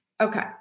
Okay